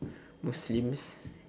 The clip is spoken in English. muslims